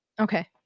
Okay